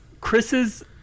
Chris's